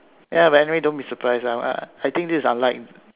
ya man anyway don't be surprised ah I think this is unlike